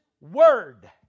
Word